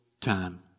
time